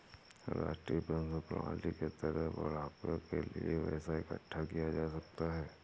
राष्ट्रीय पेंशन प्रणाली के तहत बुढ़ापे के लिए पैसा इकठ्ठा किया जा सकता है